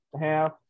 half